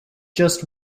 just